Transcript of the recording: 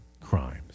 crimes